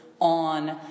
on